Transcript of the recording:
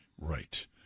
Right